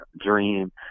dream